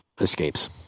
escapes